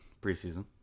preseason